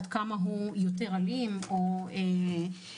עד כמה הוא יותר אלים או מסוכן,